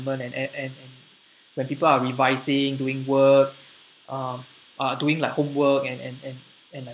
and and when people are revising doing work um uh doing like homework and and and and